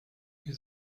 این